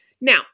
Now